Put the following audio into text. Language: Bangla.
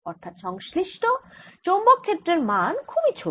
অর্থাৎ সংশ্লিষ্ট চৌম্বক ক্ষেত্রের মান খুবই ছোট